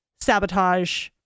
sabotage